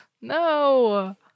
No